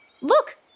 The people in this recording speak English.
look